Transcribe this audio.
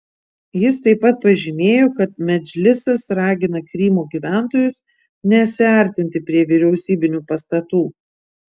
jis taip pat pažymėjo kad medžlisas ragina krymo gyventojus nesiartinti prie vyriausybinių pastatų